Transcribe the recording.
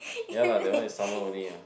ya lah that one is summer only ah